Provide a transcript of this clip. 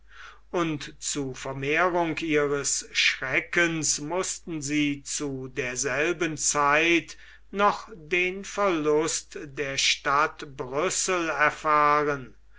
und zu vermehrung ihres schreckens mußten sie zu derselben zeit noch den verlust der stadt brüssel erfahren